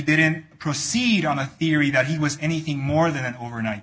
didn't proceed on the theory that he was anything more than an overnight